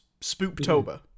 Spooktober